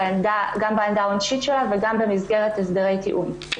גם בעמדה העונשית שלה וגם במסגרת הסדרי טיעון.